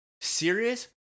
serious